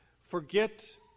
forget